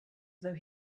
though